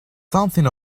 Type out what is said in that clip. something